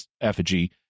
effigy